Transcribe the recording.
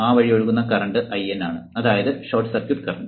ആ വഴി ഒഴുകുന്ന കറന്റ് IN ആണ് അതായത് ഷോർട്ട് സർക്യൂട്ട് കറന്റ്